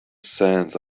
sands